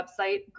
website